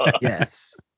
Yes